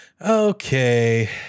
Okay